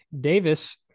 Davis